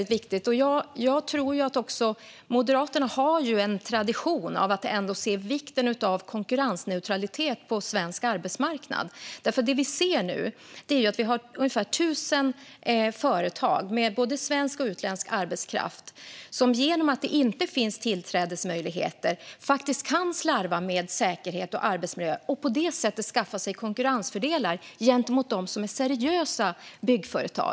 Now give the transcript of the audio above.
Jag tycker att detta är väldigt viktigt, och Moderaterna har ju en tradition av att se vikten av konkurrensneutralitet på svensk arbetsmarknad. Det vi ser nu är nämligen att vi har ungefär 1 000 företag med både svensk och utländsk arbetskraft som, genom att det inte finns tillträdesmöjligheter, faktiskt kan slarva med säkerhet och arbetsmiljö - och på det sättet skaffa sig konkurrensfördelar gentemot de byggföretag som är seriösa.